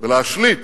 ולהשליט